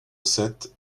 sept